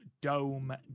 Dome